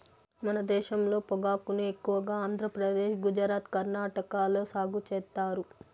మన దేశంలో పొగాకును ఎక్కువగా ఆంధ్రప్రదేశ్, గుజరాత్, కర్ణాటక లో సాగు చేత్తారు